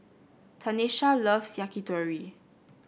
Tanesha loves Yakitori